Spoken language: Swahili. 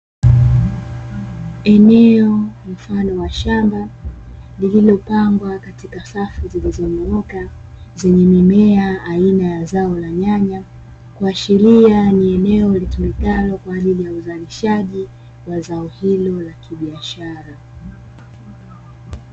Eneo mfano wa shamba lilopangwa katika safu zilizonyooka zenye mimea aina ya zao la nyanya, kuashiria ni eneo litumikalo kwajili ya uzalishaji na uzahimu wa kibiashara.